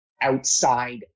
outside